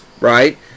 right